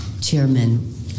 Chairman